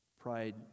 Pride